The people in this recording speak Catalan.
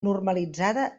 normalitzada